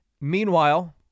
Meanwhile